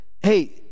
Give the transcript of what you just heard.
hey